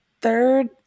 third